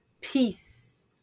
peace